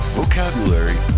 vocabulary